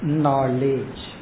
knowledge